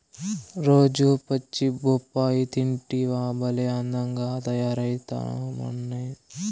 రోజూ పచ్చి బొప్పాయి తింటివా భలే అందంగా తయారైతమ్మన్నీ